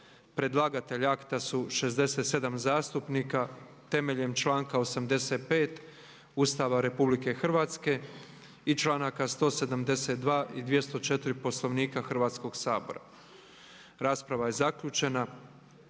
Predlagatelj akta su 67 zastupnika temeljem članka 85. Ustava Republike Hrvatske i članaka 172. i 204. Poslovnika Hrvatskog sabora. Rasprava je zaključena.